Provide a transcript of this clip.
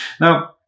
now